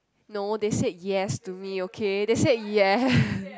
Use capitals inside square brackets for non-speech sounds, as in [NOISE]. no they said yes to me okay they say yes [BREATH]